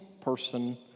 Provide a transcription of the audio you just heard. person